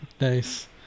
Nice